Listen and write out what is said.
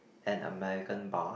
an American bar